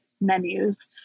menus